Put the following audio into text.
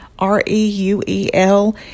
R-E-U-E-L